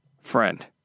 friend